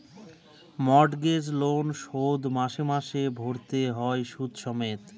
mortgage loan শোধ মাসে মাসে ভারতে হয় সুদ সমেত